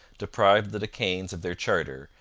deprived the de caens of their charter,